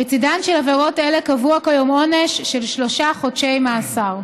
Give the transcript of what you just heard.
בצידן של עבירות אלה קבוע כיום עונש של שלושה חודשי מאסר.